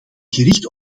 gericht